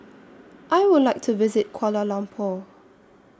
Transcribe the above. I Would like to visit Kuala Lumpur